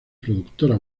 productora